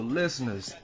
listeners